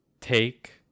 take